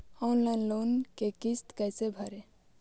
Online loan के किस्त कैसे भरे?